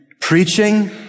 preaching